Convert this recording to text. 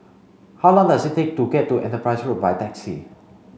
how long does it take to get to Enterprise Road by taxi